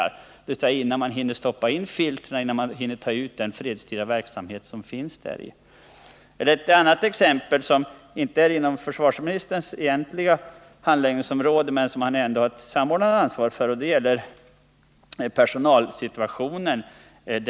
Hur lång tid tar det innan man hunnit stoppa in filtren och innan man har hunnit ställa om från den användning skyddsrummen har i fredstid? Ett annat exempel som inte hör hemma inom försvarsministerns egentliga handläggningsområde men som han ändå har det samordnande ansvaret för gäller personalsituationen.